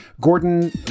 Gordon